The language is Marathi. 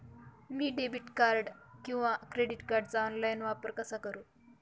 मी डेबिट किंवा क्रेडिट कार्डचा ऑनलाइन वापर कसा करु?